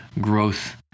growth